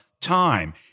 time